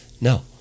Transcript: No